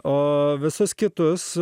o visus kitus